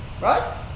Right